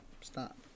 Stop